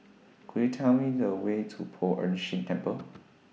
Could YOU Tell Me The Way to Poh Ern Shih Temple